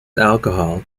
alcohol